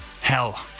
Hell